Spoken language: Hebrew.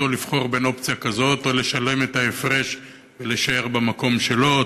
לבחור בין אופציה כזאת או לשלם את ההפרש ולהישאר במקום שלו.